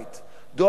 דואגים לו,